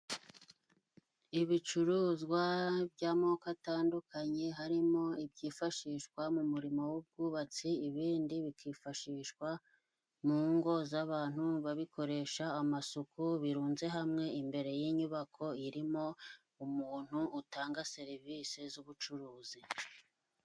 Ibicuruzwa by'amoko atandukanye harimo ibyifashishwa mu murimo w'ubwubatsi, ibindi bikifashishwa mu ngo z'abantu babikoresha amasuku birunze hamwe imbere y'inyubako irimo umuntu utanga serivisi z'ubucuruzi.